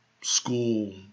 school